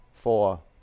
Four